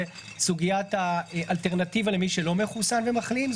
סוגיית האלטרנטיבה למי שלא מחוסן ומחלים.